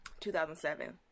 2007